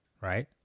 right